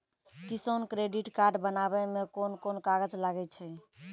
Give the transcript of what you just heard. किसान credit card बनाबै मे कोन कोन कागज लागै छै?